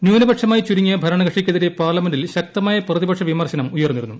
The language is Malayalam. ന്യൂനപക്ഷമായി ചുരുങ്ങിയ ഭരണകക്ഷിയ്ക്കെതിരെ പാർലമെന്റിൽ ശക്തമായ പ്രതിപക്ഷ വിമർശനം ഉയർന്നിരുന്നു